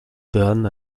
dan